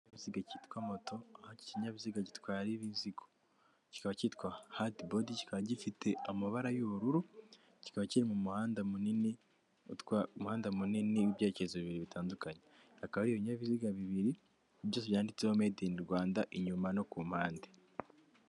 Ikinyabiziga cyitwa moto aho ikinyabiziga gitwara imizigo kiba cyitwa hatibodi kikaba gifite amabara y'ubururu kikaba kiri mu muhanda munini, umuhanda munini w'ibyerekezo bibiri bitandukanye hakaba ibinyabiziga bibiri byose byanditseho mede ini Rwanda inyuma no ku mpande.